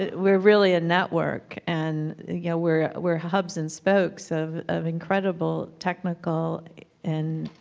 ah we're really a network and yeah we're we're hubs and spokes of of incredible technical and,